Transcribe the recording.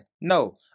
No